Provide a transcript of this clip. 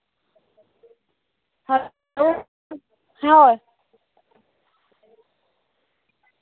hello ᱦᱮᱸ